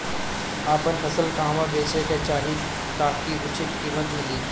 आपन फसल कहवा बेंचे के चाहीं ताकि उचित कीमत मिली?